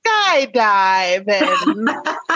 skydiving